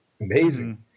amazing